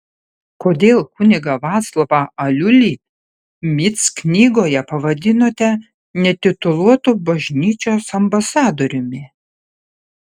kodėl kunigą vaclovą aliulį mic knygoje pavadinote netituluotu bažnyčios ambasadoriumi